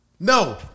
No